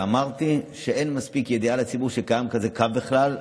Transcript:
ואמרתי שאין מספיק ידיעה לציבור שקיים קו כזה בכלל.